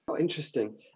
Interesting